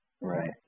Right